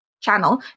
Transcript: channel